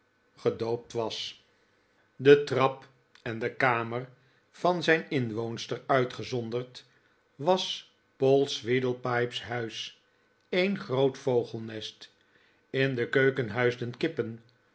gedoopt was poll sweedlepipe de trap en de kamer van zijn inwoonster uitgezonderd was poll sweedlepipe's huis een groot vogelnest in de keuken huisden kippen